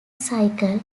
cycle